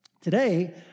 Today